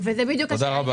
תודה.